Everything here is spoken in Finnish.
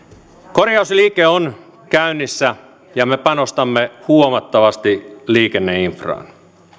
korjausliike on käynnissä ja me panostamme huomattavasti liikenneinfraan